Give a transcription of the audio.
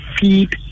feed